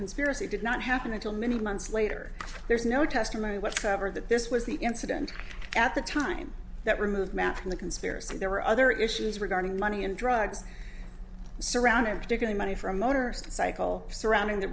conspiracy did not happen until many months later there's no testimony whatsoever that this was the incident at the time that removed matt from the conspiracy and there were other issues regarding money and drugs surrounding particularly money for a motor cycle surrounding the